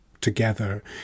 together